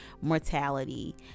mortality